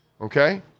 Okay